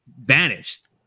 vanished